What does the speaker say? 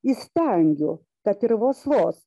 įstengiu kad ir vos vos